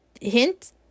hint